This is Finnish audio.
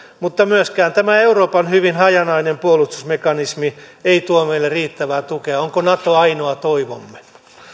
mutta myöskään tämä euroopan hyvin hajanainen puolustusmekanismi ei tuo meille riittävää tukea onko nato ainoa toivomme